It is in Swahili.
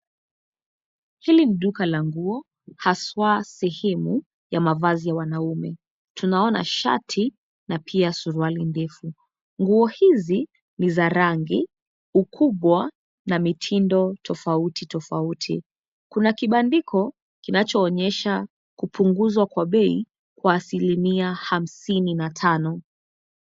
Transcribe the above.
Hili ni duka la nguo haswa sehemu ya nguo za wanaume. Tunaona shati na pia suruali ndefu. Nguo hizi ni za rangi, ukubwa na mitindo tofauti tofauti. Kuna kibandiko kinachoonyesha kupunguzwa kwa bei kwa asilimia hamsini na tano.